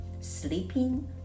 sleeping